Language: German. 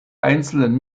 einzelnen